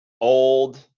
old